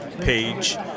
page